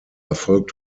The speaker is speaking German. erfolgt